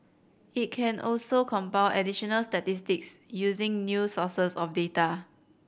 it can also compile additional statistics using new sources of data